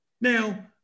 Now